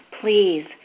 Please